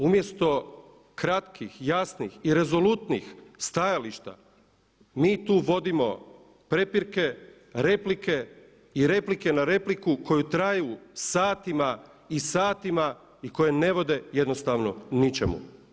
Umjesto kratkih, jasnih i rezolutnih stajališta mi tu vodimo prepirke, replike i replike na repliku koje traju satima i satima i koje ne vode jednostavno ničemu.